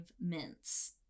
mints